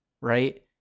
right